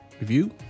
review